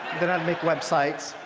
then i'd make websites.